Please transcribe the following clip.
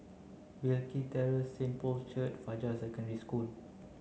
Wilkie Terrace Saint Paul's Church Fajar Secondary School